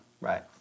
Right